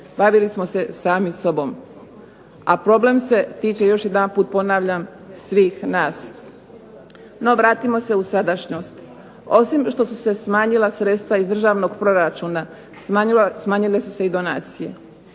Bavili smo se sami sobom, a problem se tiče još jedanput ponavljam svih nas. No vratimo se u sadašnjost. Osim što su se smanjila sredstva iz državnog proračuna, smanjile su se i donacije.